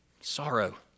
Sorrow